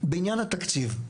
בעניין התקציב,